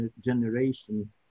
generation